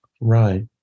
Right